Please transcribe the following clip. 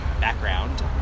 background